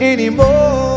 Anymore